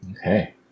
Okay